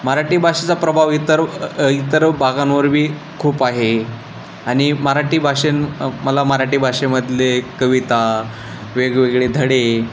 मराठी भाषेचा प्रभाव इतर इतर भागांवर बी खूप आहे आणि मराठी भाषेत अ मला मराठी भाषेमधले कविता वेगवेगळे धडे